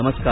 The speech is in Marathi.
नमस्कार